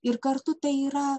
ir kartu tai yra